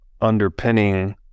underpinning